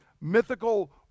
mythical